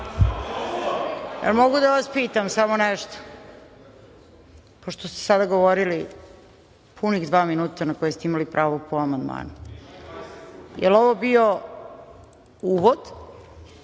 li mogu da vas pitam samo nešto, pošto ste sada govorili punih dva minuta, na koje ste imali pravo po amandmanu, da li je ovo bio uvod